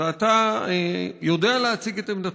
אתה יודע להציג את עמדתך,